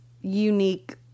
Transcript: unique